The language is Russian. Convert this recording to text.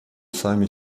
сами